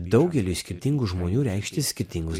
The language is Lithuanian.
daugeliui skirtingų žmonių reikšti skirtingus